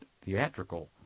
theatrical